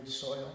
soil